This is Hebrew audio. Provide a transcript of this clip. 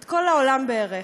את כל העולם בערך.